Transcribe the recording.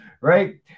right